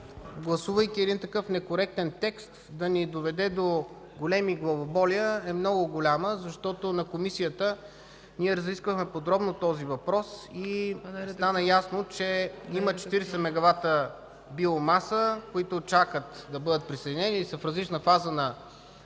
гласувайки такъв некоректен текст, да ни доведе до големи главоболия е много голяма. В Комисията ние разисквахме подробно този въпрос и стана ясно, че има 40 мегавата биомаса, които чакат да бъдат присъединени и са в различна фаза на